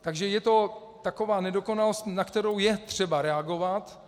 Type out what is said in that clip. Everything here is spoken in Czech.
Takže je to taková nedokonalost, na kterou je třeba reagovat.